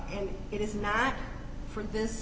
and it is not for this